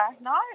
No